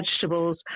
vegetables